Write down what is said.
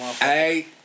Hey